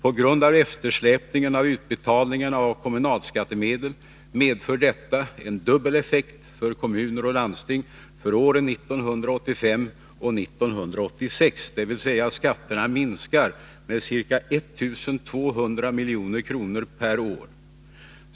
På grund av eftersläpningen av utbetalningarna av kommunalskattemedel medför detta en dubbel effekt för kommuner och landsting för åren 1985 och 1986, dvs. skatterna minskar med ca 1 200 milj.kr. per år.